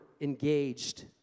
engaged